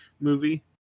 movie